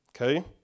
Okay